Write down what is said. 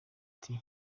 ati